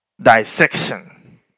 dissection